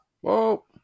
whoa